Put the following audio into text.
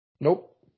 Nope